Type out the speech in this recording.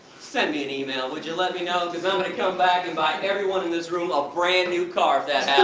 send me an email, would you let me know, because i'm gonna come back and buy everyone in this room a brand new car if that yeah